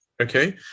Okay